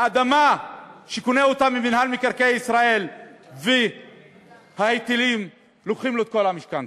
האדמה שהוא קונה ממינהל מקרקעי ישראל וההיטלים לוקחים לו את כל המשכנתה.